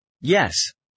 Yes